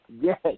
yes